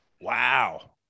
Wow